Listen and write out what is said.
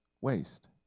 waste